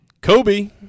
Kobe